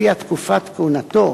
שלפיה תקופת כהונתו